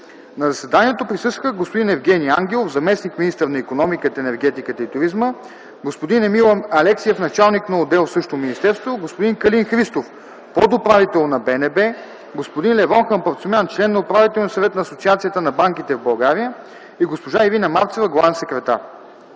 На заседанието присъстваха господин Евгени Ангелов - заместник-министър на икономиката, енергетиката и туризма, господин Емил Алексиев – началник на отдел в същото министерство, господин Калин Христов – подуправител на БНБ, господин Левон Хампарцумян – член на Управителния съвет на Асоциацията на банките в България, и госпожа Ирина Мацева – главен секретар.